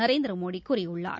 நரேந்திரமோடி கூறியுள்ளார்